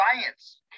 science